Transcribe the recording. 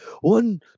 one